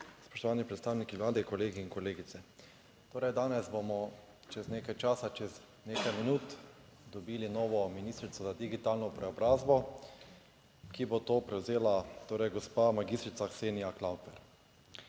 spoštovani predstavniki Vlade, kolegi in kolegice. Torej danes bomo čez nekaj časa, čez nekaj minut dobili novo ministrico za digitalno preobrazbo, ki bo to prevzela, torej gospa magistrica Ksenija Klampfer.